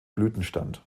blütenstand